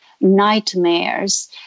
nightmares